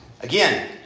again